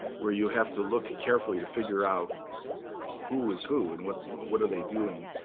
where you have to look carefully to figure out who is who, and what what are they doing?